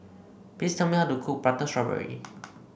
please tell me how to cook Prata Strawberry